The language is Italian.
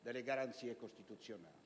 delle garanzie costituzionali.